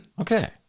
okay